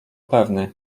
pewny